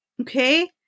okay